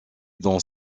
dans